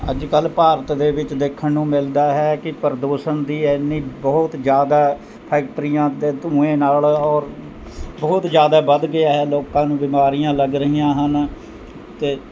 ਅੱਜ ਕੱਲ੍ਹ ਭਾਰਤ ਦੇ ਵਿੱਚ ਦੇਖਣ ਨੂੰ ਮਿਲਦਾ ਹੈ ਕਿ ਪ੍ਰਦੂਸ਼ਣ ਦੀ ਐਨੀ ਬਹੁਤ ਜ਼ਿਆਦਾ ਫੈਕਟਰੀਆਂ ਦੇ ਧੂੰਏ ਨਾਲ ਔਰ ਬਹੁਤ ਜ਼ਿਆਦਾ ਵੱਧ ਗਿਆ ਹੈ ਲੋਕਾਂ ਨੂੰ ਬਿਮਾਰੀਆਂ ਲੱਗ ਰਹੀਆਂ ਹਨ ਅਤੇ